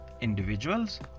individuals